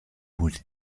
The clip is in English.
would